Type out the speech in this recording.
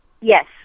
Yes